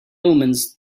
omens